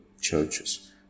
churches